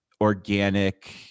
organic